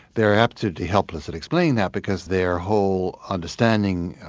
they're absolutely helpless at explaining that, because their whole understanding,